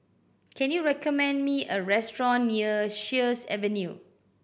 can you recommend me a restaurant near Sheares Avenue